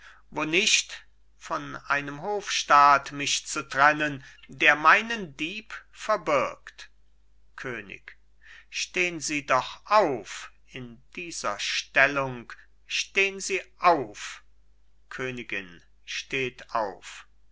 wo nicht von einem hofstaat mich zu trennen der meinen dieb verbirgt könig stehn sie doch auf in dieser stellung stehn sie auf königin steht auf